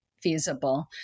feasible